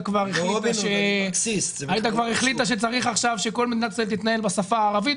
כבר החליטה שצריך עכשיו שכל מדינת ישראל תתנהל בשפה הערבית.